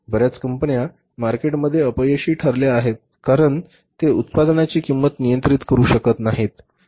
बर्याच कंपन्या मार्केटमध्ये अपयशी ठरल्या आहेत कारण ते उत्पादनाची किंमत नियंत्रित करू शकत नाहीत